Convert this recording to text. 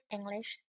English